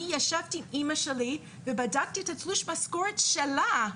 אני ישבתי עם אמא שלי ובדקתי את תלוש משכורת שלה,